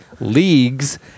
Leagues